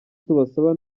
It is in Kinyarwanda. tubasaba